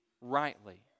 rightly